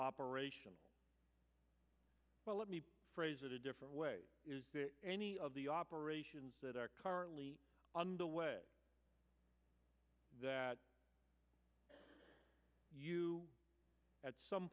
operation well let me phrase it a different way any of the operations that are currently on the way that you at some